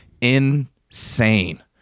insane